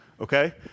okay